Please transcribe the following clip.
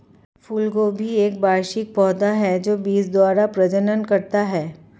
फूलगोभी एक वार्षिक पौधा है जो बीज द्वारा प्रजनन करता है